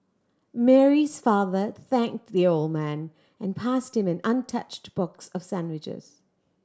Mary's father thanked the old man and passed him an untouched box of sandwiches